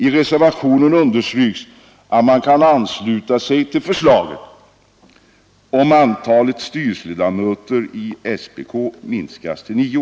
I reservationen understryks att man kan ansluta sig till förslaget om att antalet styrelseledamöter i SPK minskas till nio.